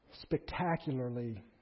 spectacularly